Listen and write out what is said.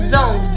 Zone